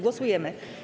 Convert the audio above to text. Głosujemy.